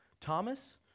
Thomas